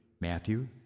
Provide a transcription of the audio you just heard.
Matthew